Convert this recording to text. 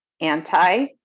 anti